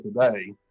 today